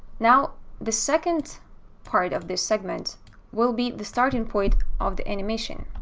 now the second part of this segment will be the starting point of the animation